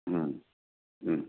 হুম হুম